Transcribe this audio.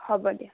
হ'ব দিয়া